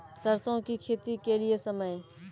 सरसों की खेती के लिए समय?